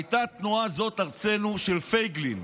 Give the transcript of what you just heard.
הייתה התנועה זו ארצנו של פייגלין.